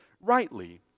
rightly